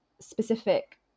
specific